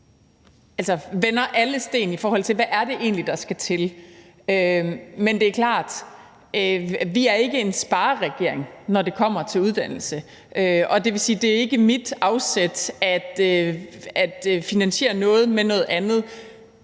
på og vender alle sten, i forhold til hvad det egentlig er, der skal til. Men det er klart, at vi ikke er en spareregering, når det kommer til uddannelse, og det vil sige, at det ikke er mit afsæt at finansiere noget med noget andet.